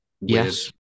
Yes